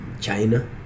China